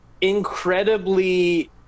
incredibly